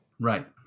Right